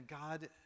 God